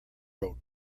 road